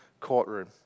courtroom